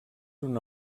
una